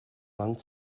land